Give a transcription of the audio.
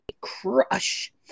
crush